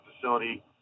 facility